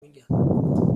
میگم